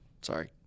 Sorry